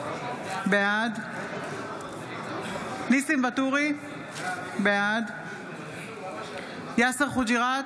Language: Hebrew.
בעד ניסים ואטורי, בעד יאסר חוג'יראת,